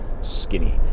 skinny